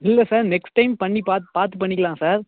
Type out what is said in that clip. இல்லை sir next time பண்ணி பார்த்து பார்த்து பண்ணிக்கலாம் சார்